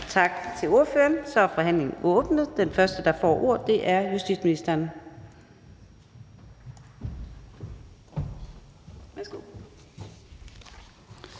Tak til ordføreren. Så er forhandlingen åbnet. Den første, der får ordet, er justitsministeren.